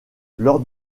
lors